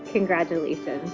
congratulations.